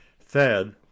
thad